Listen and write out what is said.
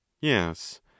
yes